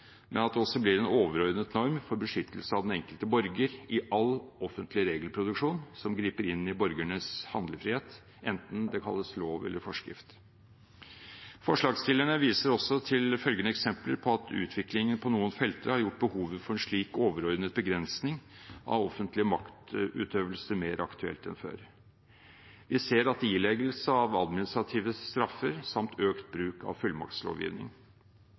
men at det også blir en overordnet norm for beskyttelse av den enkelte borger i all offentlig regelproduksjon som griper inn i borgernes handlefrihet, enten det kalles lov eller forskrift. Forslagsstillerne viser også til følgende eksempler på at utviklingen på noen felter har gjort behovet for en slik overordnet begrensning av offentlig maktutøvelse mer aktuelt enn før: ileggelse av administrative straffer samt økt bruk av fullmaktslovgivning.